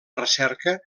recerca